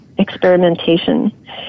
experimentation